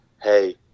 hey